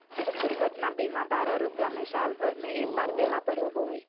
दुर्घटना बीमा बारह रुपया में साल भर में एक बार देला पर होबो हइ